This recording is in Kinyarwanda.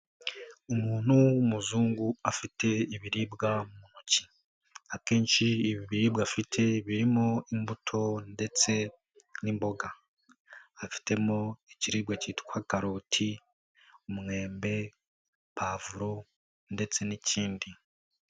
Umuntu w'umuzungu afite ibiribwa mu ntoki. Akenshi ibi biribwa afite birimo imbuto ndetse n'imboga. Afitemo ikiribwa cyitwa karoti, umwembe, pavuro ndetse n'ikindi.